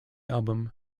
album